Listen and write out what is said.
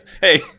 hey